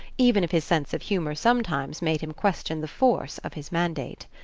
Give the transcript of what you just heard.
even if his sense of humour sometimes made him question the force of his mandate.